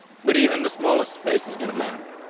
but even the smallest space is gonna matter.